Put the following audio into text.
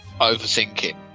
overthinking